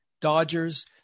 Dodgers